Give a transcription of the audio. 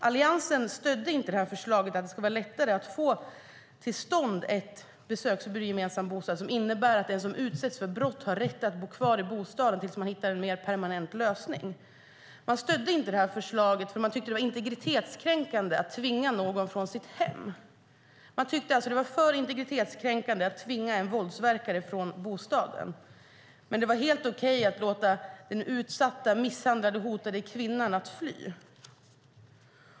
Alliansen stödde inte förslaget att det skulle vara lättare att få till stånd ett besöksförbud i gemensam bostad, vilket innebär att den som utsätts för brott har rätt att bo kvar i bostaden tills en mer permanent lösning har hittats. Alliansen stödde inte förslaget, för man tyckte att det var integritetskränkande att tvinga någon från sitt hem. Man tyckte alltså att det var för integritetskränkande att tvinga en våldsverkare från bostaden, men det var helt okej att låta den utsatta, misshandlade och hotade kvinnan fly.